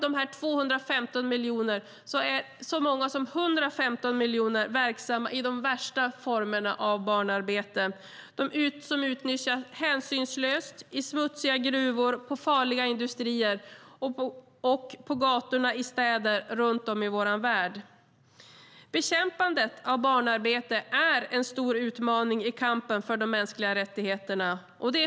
115 miljoner av dessa 215 miljoner är verksamma i de värsta formerna av barnarbete. De utnyttjas hänsynslöst i smutsiga gruvor, i farliga industrier och på gatorna i städer runt om i vår värld. Bekämpandet av barnarbete är en stor utmaning i kampen för de mänskliga rättigheterna.